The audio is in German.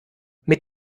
mit